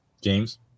James